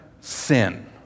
Sin